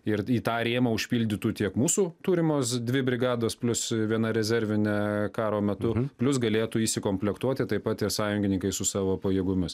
ir į tą rėmą užpildytų tiek mūsų turimoz dvi brigados plius viena rezervinė karo metu plius galėtų įsikomplektuoti taip pat ir sąjungininkai su savo pajėgomis